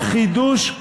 החידוש,